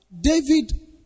David